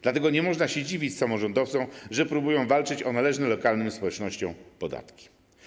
Dlatego nie można się dziwić samorządowcom, że próbują walczyć o należne lokalnym społecznościom podatki.